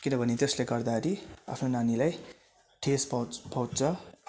किनभने त्यसले गर्दाखेरि आफ्नो नानीलाई ठेस पहुँच पहुँच्छ